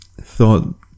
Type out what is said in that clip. thought